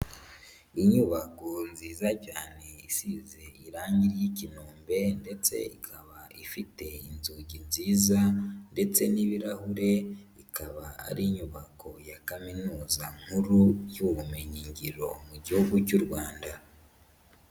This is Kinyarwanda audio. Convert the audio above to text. Inyubako nziza cyane isize irange ry'ikinombe ndetse ikaba ifite inzugi nziza ndetse n'ibirahure, ikaba ari inyubako ya Kaminuza nkuru y'ubumenyingiro mu gihugu cy'u Rwanda.